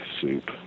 soup